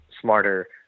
smarter